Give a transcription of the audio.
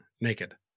naked